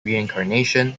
reincarnation